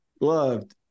loved